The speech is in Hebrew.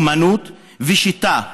אומנות ושיטה,